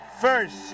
first